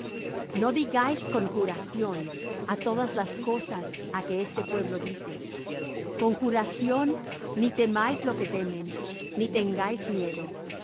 no digáis conjuración á todas las cosas á que este pueblo dice conjuración ni temáis lo que temen ni tengáis miedo